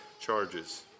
charges